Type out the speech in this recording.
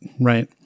right